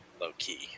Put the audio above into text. low-key